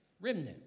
Remnant